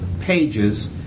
pages